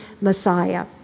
Messiah